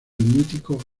mítico